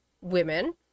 women